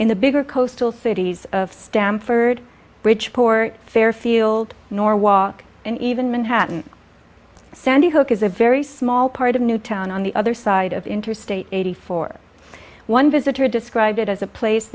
in the bigger coastal cities of stamford bridge port fairfield norwalk and even manhattan sandy hook is a very small part of newtown on the other side of interstate eighty four one visitor described it as a place